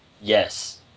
yes